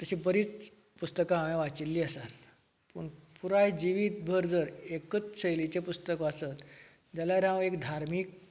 तशीं बरींच पुस्तकां हांवेन वाचिल्लीं आसा पूण पुराय जिवीतभर जर एकच शैलीचे पुस्तक वाचत जाल्यार हांव एक धार्मीक